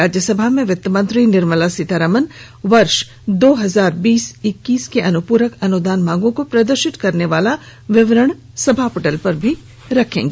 राज्यसभा में वित्त मंत्री निर्मला सीतारामन वर्ष दो हजार बीस इक्कीस की अनुपूरक अनुदान मांगों को प्रदर्शित करने वाला विवरण सभा पटल पर रखेंगी